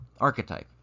archetype